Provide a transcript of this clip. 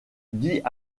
dit